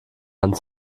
hand